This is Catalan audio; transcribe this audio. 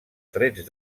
trets